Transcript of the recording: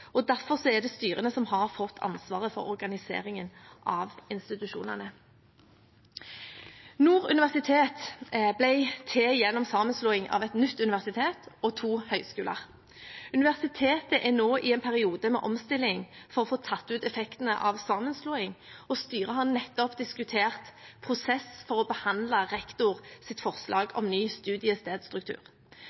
og derfor er det styrene som har fått ansvaret for organiseringen av institusjonene. Nord universitet ble til gjennom sammenslåing av et nytt universitet og to høyskoler. Universitetet er nå i en periode med omstilling for å få tatt ut effektene av sammenslåingen, og styret har nettopp diskutert prosess for å behandle rektors forslag om ny